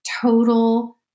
total